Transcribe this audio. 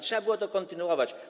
Trzeba było to kontynuować.